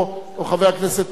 או מחבר הכנסת מקלב,